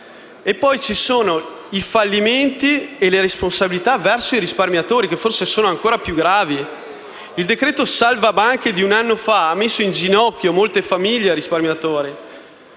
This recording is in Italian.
Ci sono poi i fallimenti e le responsabilità verso i risparmiatori, che forse sono ancora più gravi. Il decreto salva banche di un anno fa ha messo in ginocchio molte famiglie e risparmiatori: